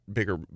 bigger